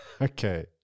Okay